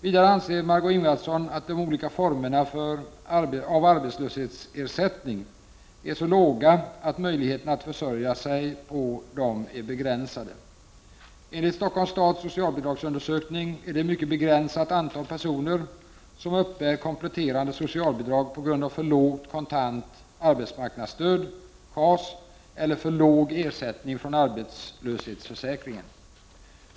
Vidare anser Marg6ö Ingvardsson att de olika formerna av arbetslöshetsersättning är så låga att möjligheten att försörja sig på dem är begränsade. Enligt Stockholms stads socialbidragsundersökning är det ett mycket begränsat antal personer som uppbär kompletterande socialbidrag på grund av för lågt kontant arbetsmarknadsstöd eller för låg ersättning från arbetslöshetsförsäkringen.